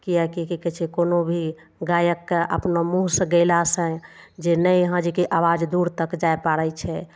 किएक कि की कहय छै कोनो भी गायकके अपना मुँहसँ गओलासँ जे नहि अहाँ जे कि आवाज दूर तक जाय पाड़य छै